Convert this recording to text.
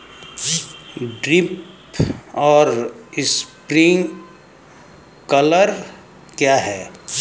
Drip और sprinkler क्या हैं?